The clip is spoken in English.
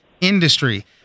industry